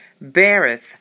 beareth